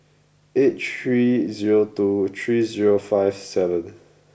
eight three zero two three zero five seven